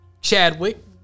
Chadwick